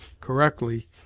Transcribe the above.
correctly